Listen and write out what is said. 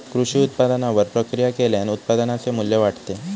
कृषी उत्पादनावर प्रक्रिया केल्याने उत्पादनाचे मू्ल्य वाढते